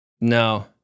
No